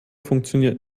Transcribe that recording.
funktioniert